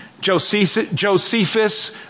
Josephus